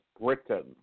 Britain